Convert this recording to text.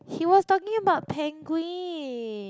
he was talking about penguin